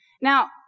Now